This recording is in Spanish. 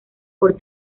por